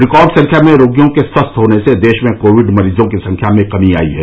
record संख्या में रोगियों के स्वस्थ होने से देश में कोविड मरीजों की संख्या में कमी आई है